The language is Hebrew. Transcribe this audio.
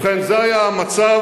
ובכן, זה היה המצב,